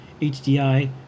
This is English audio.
HDI